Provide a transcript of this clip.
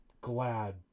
glad